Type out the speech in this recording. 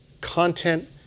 content